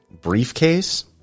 briefcase